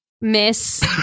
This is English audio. miss